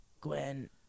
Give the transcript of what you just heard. Gwen